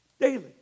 daily